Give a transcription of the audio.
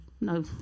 No